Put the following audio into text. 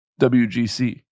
WGC